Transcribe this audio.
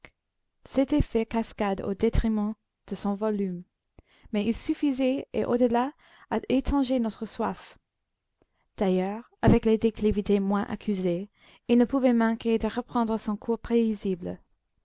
s'était fait cascade au détriment de son volume mais il suffisait et au delà à étancher notre soif d'ailleurs avec les déclivités moins accusées il ne pouvait manquer de reprendre son cours paisible